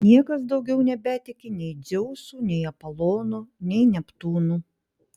niekas daugiau nebetiki nei dzeusu nei apolonu nei neptūnu